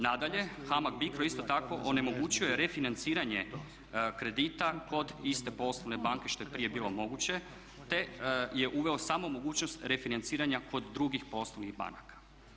Nadalje, HAMAG BICRO isto tako onemogućuje refinanciranje kredita kod iste poslovne banke što je prije bilo moguće, te je uveo samo mogućnost refinanciranja kod drugih poslovnih banaka.